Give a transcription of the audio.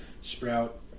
sprout